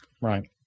Right